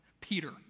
Peter